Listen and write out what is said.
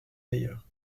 ailleurs